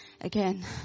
again